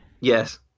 Yes